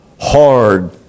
hard